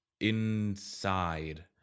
inside